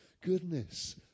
goodness